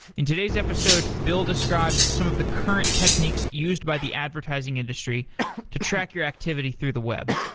in today's episode, bill describes some of the current techniques used by the advertising industry to track your activity through the web.